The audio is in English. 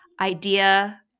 idea